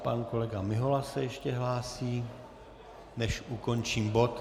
Pan kolega Mihola se ještě hlásí, než ukončím bod.